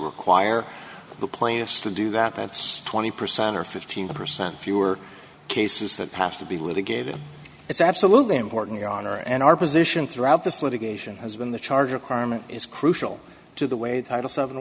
require the plaintiffs to do that that's twenty percent or fifteen percent fewer cases that have to be litigated it's absolutely important your honor and our position throughout this litigation has been the charge of carmen is crucial to the way title seven